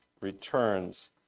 returns